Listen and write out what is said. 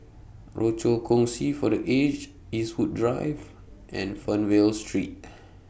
Rochor Kongsi For The Aged Eastwood Drive and Fernvale Street